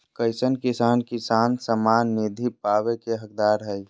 कईसन किसान किसान सम्मान निधि पावे के हकदार हय?